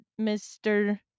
Mr